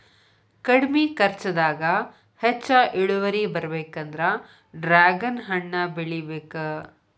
ಕಡ್ಮಿ ಕರ್ಚದಾಗ ಹೆಚ್ಚ ಇಳುವರಿ ಬರ್ಬೇಕಂದ್ರ ಡ್ರ್ಯಾಗನ್ ಹಣ್ಣ ಬೆಳಿಬೇಕ